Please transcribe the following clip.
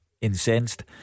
incensed